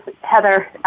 Heather